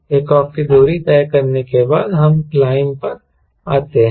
takeoff की दूरी तय करने के बाद हम क्लाइंब पर आते हैं